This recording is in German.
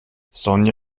sonja